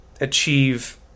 achieve